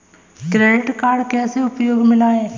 Credit card कैसे उपयोग में लाएँ?